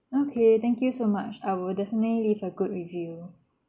okay thank you so much I will definitely leave a good review